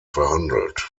verhandelt